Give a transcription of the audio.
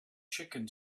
chicken